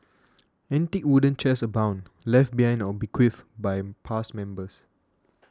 antique wooden chairs abound left behind or bequeathed by past members